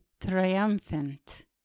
triumphant